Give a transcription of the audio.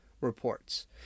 reports